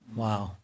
wow